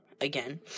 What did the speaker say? again